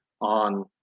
on